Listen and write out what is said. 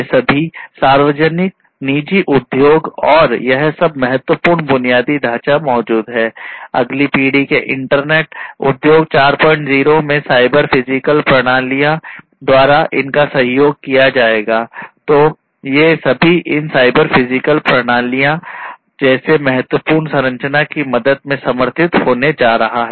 ये सभी सार्वजनिक निजी उद्योग और यह सब महत्वपूर्ण बुनियादी ढाँचा मौजूद है